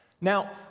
now